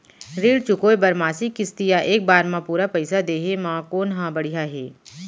ऋण चुकोय बर मासिक किस्ती या एक बार म पूरा पइसा देहे म कोन ह बढ़िया हे?